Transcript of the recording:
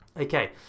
Okay